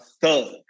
thug